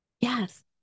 Yes